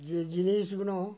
যে জিনিসগুলো